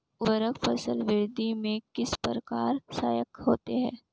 उर्वरक फसल वृद्धि में किस प्रकार सहायक होते हैं?